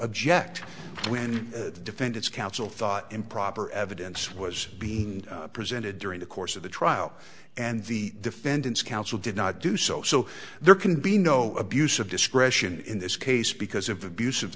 object when to defend its counsel thought improper evidence was being presented during the course of the trial and the defendant's counsel did not do so so there can be no abuse of discretion in this case because of abus